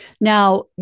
Now